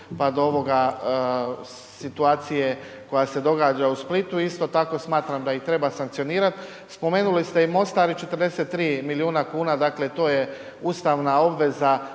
pa do situacije koja se događa u Splitu. Isto tako smatram da ih treba sankcionirat. Spomenuli ste i Mostar i 43 milijuna kuna, dakle to je ustavna obveza